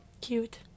Cute